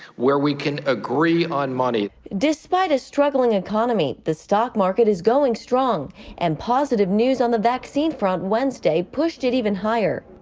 where we can agree on money. reporter despite a struggling economy, the stock market is going strong and positive news on the vaccine front wednesday pushed it even higher.